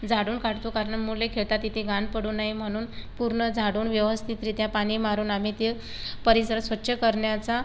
झाडून काढतो कारण मुले खेळतात तिथे घाण पडू नये म्हणून पूर्ण झाडून व्यवस्थितरित्या पाणी मारून आम्ही ते परिसर स्वच्छ करण्याचा